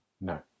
No